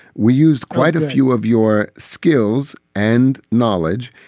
we used quite a few of your skills and knowledge,